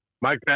Mike